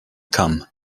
come